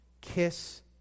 Kiss